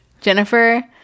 jennifer